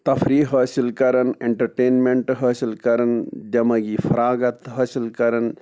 تَفریٖح حٲصِل کَران اٮ۪نٹَٹینمٮ۪نٛٹ حٲصِل کَران دٮ۪مٲغی فَراغت حٲصِل کَران